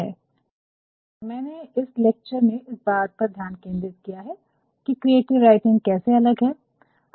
और मैंने इस लेक्चर में इस बात पर ध्यान केंद्रित किया है कि क्रिएटिव राइटिंग कैसे अलग है